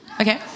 Okay